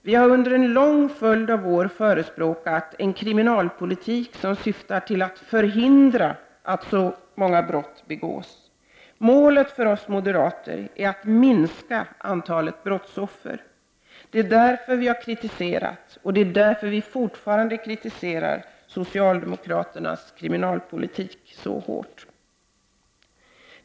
Vi har under en lång följd av år förespråkat en kriminalpolitik som syftar till att förhindra att så många brott begås. Målet för oss moderater är att minska antalet brottsoffer. Det är därför som vi kritiserat, och fortfarande kritiserar, socialdemokraternas kriminalpolitik så hårt.